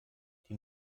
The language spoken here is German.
die